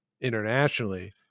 internationally